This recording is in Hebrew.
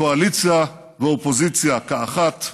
קואליציה ואופוזיציה כאחת,